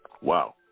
Wow